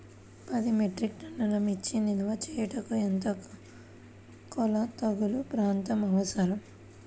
పది మెట్రిక్ టన్నుల మిర్చి నిల్వ చేయుటకు ఎంత కోలతగల ప్రాంతం అవసరం?